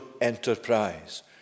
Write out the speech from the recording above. enterprise